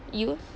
you